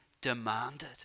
demanded